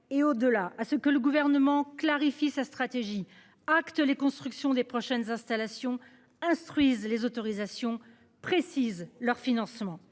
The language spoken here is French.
au au-delà à ce que le gouvernement clarifie sa stratégie acte les constructions des prochaines installations instruisent les autorisations, précise leur financement